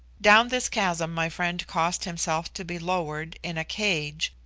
down this chasm my friend caused himself to be lowered in a cage,